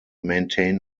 maintain